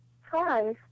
Hi